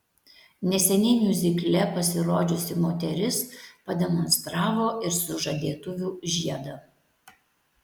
neseniai miuzikle pasirodžiusi moteris pademonstravo ir sužadėtuvių žiedą